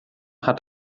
hat